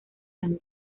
tan